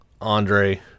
Andre